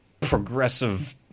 progressive